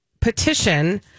petition